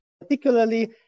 particularly